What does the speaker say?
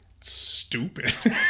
stupid